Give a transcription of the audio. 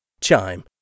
Chime